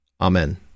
Amen